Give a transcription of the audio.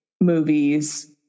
movies